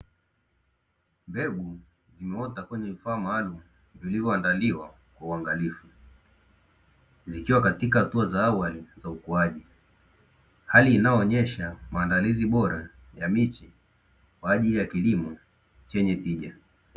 Mbegu zimeota kwenye vifaa maalumu vilivyoandaliwa kwa uangalifu, zikiwa katika hatua za awali za ukuaji, hali inayoonyesha maandalizi bora ya miche kwaajili ya kilimo chenye tija.